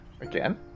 Again